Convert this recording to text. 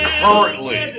currently